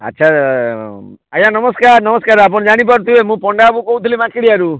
ଆଚ୍ଛା ଆଜ୍ଞା ନମସ୍କାର ନମସ୍କାର ଆପଣ ଜାଣି ପାରୁଥିବେ ମୁଁ ପଣ୍ଡା ବାବୁ କହୁଥିଲି ମାଙ୍କେଡ଼ିଆରୁ